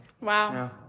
Wow